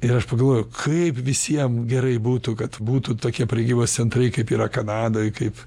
ir aš pagalvojau kaip visiem gerai būtų kad būtų tokie prekybos centrai kaip yra kanadoj kaip